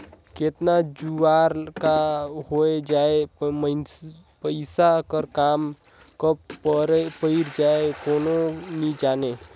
केतना जुवार का होए जाही, पइसा कर काम कब पइर जाही, कोनो नी जानें